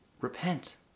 Repent